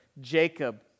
Jacob